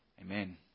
Amen